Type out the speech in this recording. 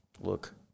look